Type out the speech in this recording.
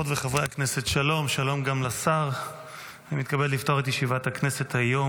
דברי הכנסת טו / מושב שלישי / ישיבה רנ"ב / ה'